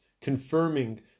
confirming